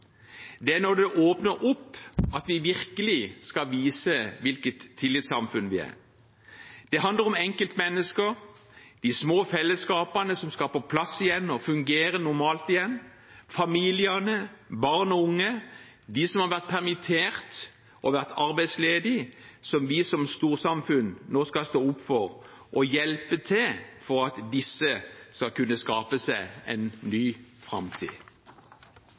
Det er når det åpner opp, at vi virkelig skal vise hvilket tillitssamfunn vi er. Det handler om enkeltmennesker, de små fellesskapene som skal på plass igjen og fungere normalt igjen, familiene, barn og unge, de som har vært permittert og arbeidsledige, som vi som storsamfunn nå skal stå opp for og hjelpe for at disse skal kunne skape seg en ny framtid.